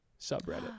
subreddit